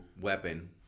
weapon